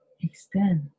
extend